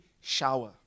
shower